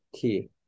key